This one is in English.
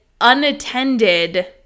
unattended